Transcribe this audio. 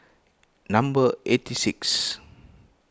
number eighty six